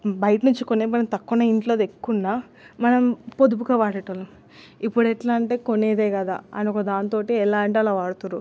బయటినుంచి కొనివ్వడం తక్కువున్నా ఇంట్లోది ఎక్కువున్నా మనం పొదుపుగా వాడేటోల్లం ఇప్పుడెట్లంటే కొనేదే కదా అనొక దానితోటి ఎలా అంటే అలా వాడుతారు